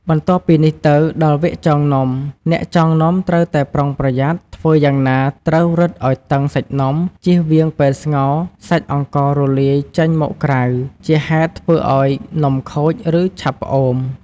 បន្ទាប់ពីនេះទៅដល់វគ្គចងនំ អ្នកចងនំត្រូវតែប្រុងប្រយ័ត្ន ធ្វើយ៉ាងណាត្រូវរឹតឱ្យតឹងសាច់នំ ចៀសវាងពេលស្ងោរ សាច់អង្កររលាយចេញមកក្រៅ ជាហេតុធ្វើឱ្យនំខូច ឬឆាប់ផ្អូម។